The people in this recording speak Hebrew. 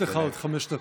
יש לך עוד חמש דקות.